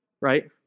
Right